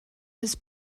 des